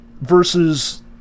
Versus